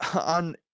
on